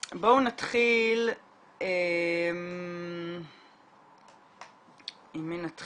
קודם כל אני אומרת באופן כללי לכל הדיון הזה שלפי